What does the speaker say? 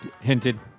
hinted